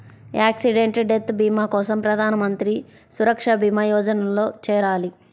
accidental death భీమా కోసం ప్రధాన్ మంత్రి సురక్షా భీమా యోజనలో చేరాలి